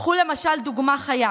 קחו למשל דוגמה חיה: